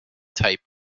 type